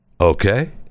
Okay